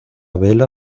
vela